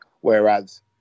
Whereas